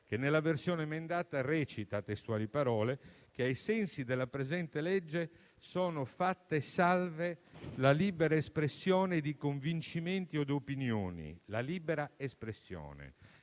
che, nella versione emendata, recita testuali parole: «ai sensi della presente legge, sono fatte salve la libera espressione di convincimenti od opinioni nonché le